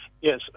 Yes